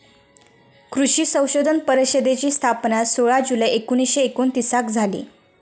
कृषी संशोधन परिषदेची स्थापना सोळा जुलै एकोणीसशे एकोणतीसाक झाली